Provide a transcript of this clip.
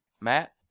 Matt